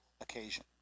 occasion